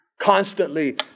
Constantly